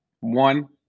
one